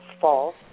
False